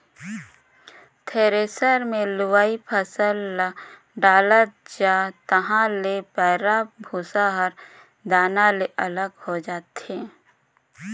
thresher मे लुवय फसल ल डालत जा तहाँ ले पैराःभूसा हर दाना ले अलग हो जाथे